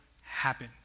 happen